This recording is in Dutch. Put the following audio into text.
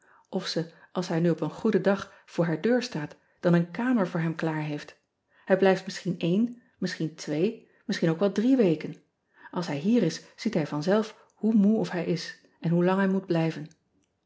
f ze als hij nu op een goeden dag voor haar deur staat dan een kamer voor hem klaar heeft ij blijft misschien één misschien twee misschien ook wel drie weken ls hij hier is ziet hij vanzelf hoe moe of hij is en hoe lang hij moet blijven